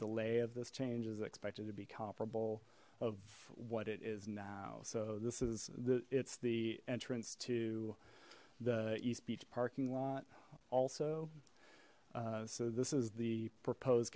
delay of this change is expected to be comparable of what it is now so this is the it's the entrance to the east beach parking lot also so this is the proposed